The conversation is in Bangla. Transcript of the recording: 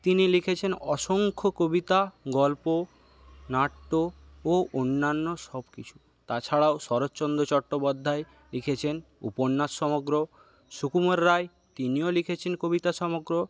তিনি লিখেছেন অসংখ্য কবিতা গল্প নাট্য ও অন্যান্য সবকিছু তাছাড়াও শরৎচন্দ্র চট্টোপাধ্যায় লিখেছেন উপন্যাস সমগ্র সুকুমার রায় তিনিও লিখেছেন কবিতা সমগ্র